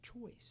choice